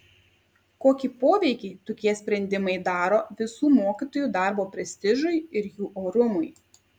kokį poveikį tokie sprendimai daro visų mokytojų darbo prestižui ir jų orumui